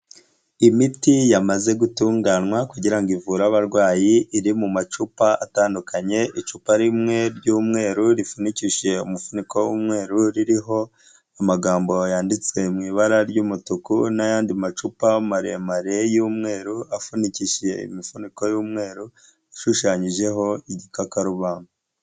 Imiti yamaze gutunganywa kugirango ivure abarwayi, iri mu macupa atandukanye, icupa rimwe ry'umweru, rifunikishije umufuniko w'umweru, ririho amagambo yanditse mu ibara ry'umutuku n'ayandi macupa maremare y'umweru, afunikishije imifuniko y'umweru, ishushanyijeho igikakarubamba.